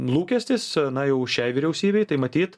lūkestis na jau šiai vyriausybei tai matyt